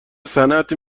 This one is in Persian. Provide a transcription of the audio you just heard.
صنعت